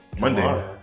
Monday